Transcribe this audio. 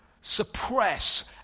suppress